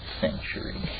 century